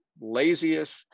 laziest